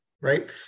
right